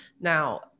Now